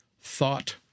thought